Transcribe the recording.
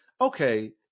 okay